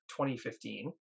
2015